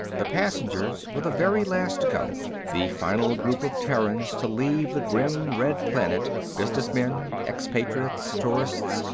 the passengers were the very last to go, the final group of terrans to leave the grim red planet, business men, expatriates, tourists,